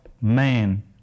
man